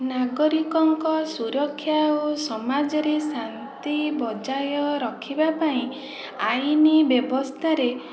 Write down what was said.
ନାଗରିକଙ୍କ ସୁରକ୍ଷା ଓ ସମାଜରେ ଶାନ୍ତି ବଜାୟ ରଖିବା ପାଇଁ ଆଇନ ବ୍ୟବସ୍ଥାରେ